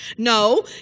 No